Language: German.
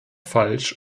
falsch